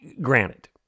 Granted